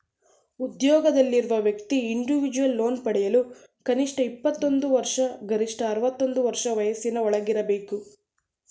ಉದ್ಯೋಗದಲ್ಲಿರುವ ವ್ಯಕ್ತಿ individual loan ಪಡೆಯಲು ಕನಿಷ್ಠ ಇಪ್ಪತ್ತೊಂದು ವರ್ಷ ಗರಿಷ್ಠ ಅರವತ್ತು ವರ್ಷ ವಯಸ್ಸಿನ ಒಳಗಿರಬೇಕು